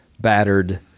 battered